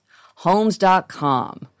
Homes.com